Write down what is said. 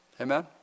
Amen